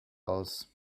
aus